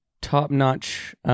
top-notch